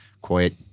quiet